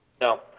No